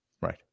right